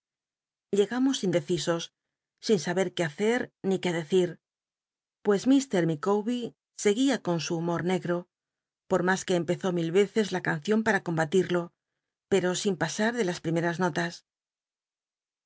llegamos indecisos sin saber ni c ué dcci pues llr liicawb er seguía qué hace con su humo negt'o por mas que empezó mil veces la c mcion para combatido pero sin pasa de las primeras notas